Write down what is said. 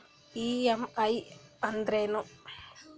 EMI ಅಂದ್ರೇನು?